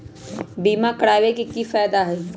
बीमा करबाबे के कि कि फायदा हई?